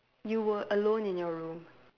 you were alone in your room